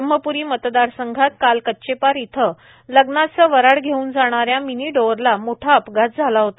ब्रम्हप्री मतदारसंघात कच्चेपार येथे लग्नाची व हाडी घेऊन जाणाऱ्या मिनिडोअरला मोठा अपघात झाला होता